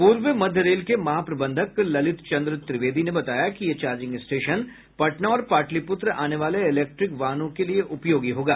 पूर्व मध्य रेल के महाप्रबंधक ललित चंद्र त्रिवेदी ने बताया कि यह चार्जिंग स्टेशन पटना और पाटलिपुत्र आने वाले इलेक्ट्रिक वाहनों के लिए उपयोगी होगा